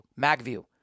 MagView